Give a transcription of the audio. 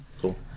Cool